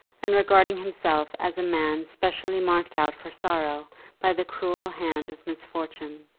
and regarding himself as a man specially marked out for sorrow by the cruel hand of misfortune.